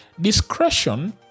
Discretion